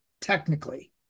technically